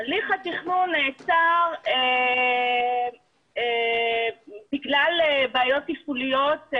הליך התכנון נעצר בגלל בעיות תפעוליות.